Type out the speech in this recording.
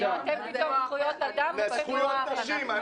אתם פתאום עם זכויות אדם --- וזכויות נשים.